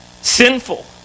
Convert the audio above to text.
sinful